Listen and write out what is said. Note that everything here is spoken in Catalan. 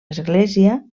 església